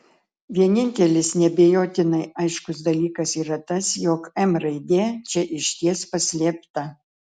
vienintelis neabejotinai aiškus dalykas yra tas jog m raidė čia išties paslėpta